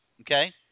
Okay